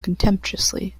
contemptuously